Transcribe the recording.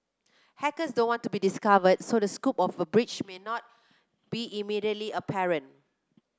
hackers don't want to be discovered so the scope of a breach may not be immediately apparent